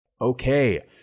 Okay